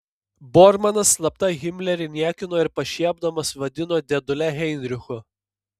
bormanas slapta himlerį niekino ir pašiepdamas vadino dėdule heinrichu